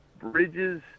Bridges